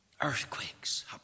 earthquakes